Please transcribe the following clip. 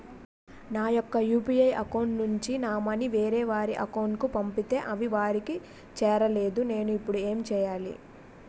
నా యెక్క UPI account నుంచి నా మనీ వేరే వారి అకౌంట్ కు పంపితే అవి వారికి చేరలేదు నేను ఇప్పుడు ఎమ్ చేయాలి?